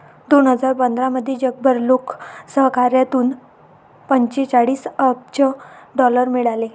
दोन हजार पंधरामध्ये जगभर लोकसहकार्यातून पंचेचाळीस अब्ज डॉलर मिळाले